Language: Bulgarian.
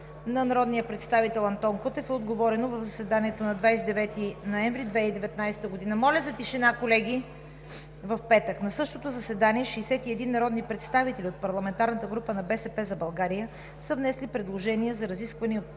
на народния представител Антон Кутев е отговорено в заседанието на 29 ноември 2019 г., петък. На същото заседание 61 народни представители от парламентарната група на „БСП за България“ са внесли предложение за разисквания